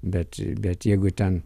bet bet jeigu ten